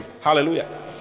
Hallelujah